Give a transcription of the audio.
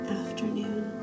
afternoon